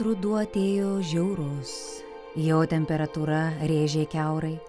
ruduo atėjo žiaurus jo temperatūra rėžė kiaurai